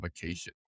vacation